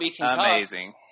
amazing